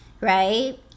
right